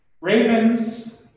Ravens